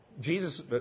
Jesus